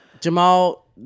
Jamal